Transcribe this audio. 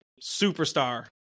superstar